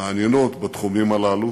מעניינות בתחומים הללו.